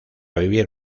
vivir